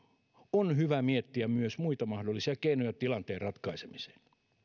on hyvä miettiä myös muita mahdollisia keinoja tilanteen ratkaisemiseen